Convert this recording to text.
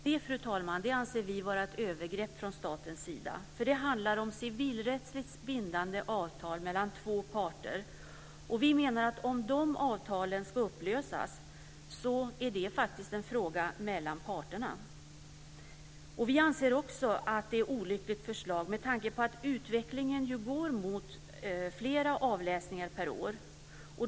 Det anser vi vara ett övergrepp från statens sida. Det handlar om civilrättsligt bindande avtal mellan två parter, och vi menar att en upplösning av de avtalen är en fråga för parterna. Vi anser att det också är ett olyckligt förslag med tanke på att utvecklingen ju går mot fler avläsningar per år.